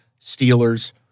Steelers